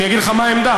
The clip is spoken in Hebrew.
אני אגיד לך מה העמדה.